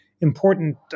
important